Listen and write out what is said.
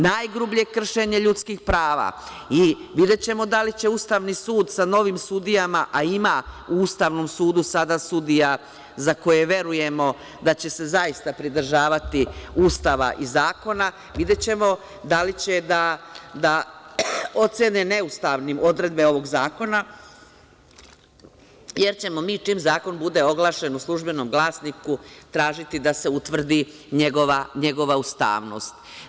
Najgrublje kršenje ljudskih prava i videćemo da li će Ustavni sud sa novim sudijama, a ima u Ustavnom sudu sada sudija za koje verujemo da će se zaista pridržavati Ustava i zakona, videćemo da li će da ocene neustavnim odredbe ovog zakona, jer ćemo mi, čim zakon bude oglašen u „Službenom glasniku“, tražiti da se utvrdi njegova ustavnost.